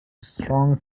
strong